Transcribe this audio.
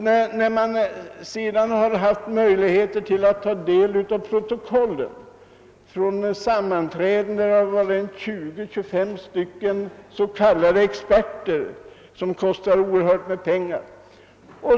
Jag har haft möjlighet att ta del av protokollen från sammanträden med deltagande av 20—25 s.k. experter som kostar mycket pengar.